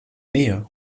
nähe